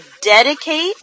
dedicate